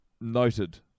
Noted